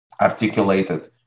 articulated